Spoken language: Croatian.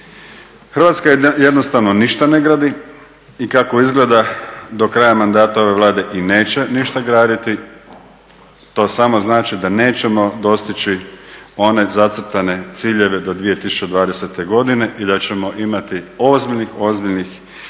Hrvatska jednostavno ništa ne gradi i kako izgleda do kraja mandata ove Vlade i neće ništa graditi, to samo znači da nećmo dostići one zacrtane ciljeve do 2020.godine i da ćemo imati ozbiljnih, ozbiljnih